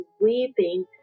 weeping